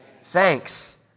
Thanks